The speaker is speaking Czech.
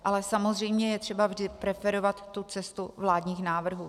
Ale samozřejmě je třeba vždy preferovat tu cestu vládních návrhů.